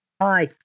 Hi